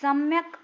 सम्यक्